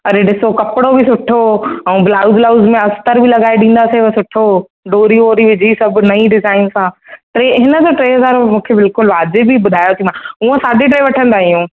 अरे ॾिसो कपिड़ो बि सुठो ऐं ब्लाउज व्लाउज़ में अस्तर बि लॻाए ॾींदासींव सुठो डोरी वोरी विझी सभु नईं डिज़ाइन सां टे हिन जा टे हज़ार मूंखे बिल्कुलु वाजिब ई ॿुधायोथीमांव हूअं साढी टे वठंदा आहियूं